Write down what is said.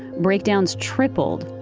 breakdowns tripled,